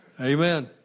Amen